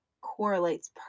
correlates